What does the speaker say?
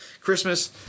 Christmas